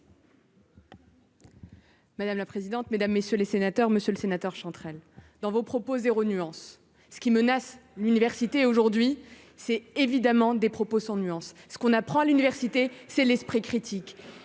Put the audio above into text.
Madame la présidente, mesdames, messieurs les sénateurs, Monsieur le Sénateur, chanterelles. Dans vos propos, 0 nuance ce qui menace l'université aujourd'hui c'est évidemment des propos sans nuance, ce qu'on apprend à l'université, c'est l'esprit critique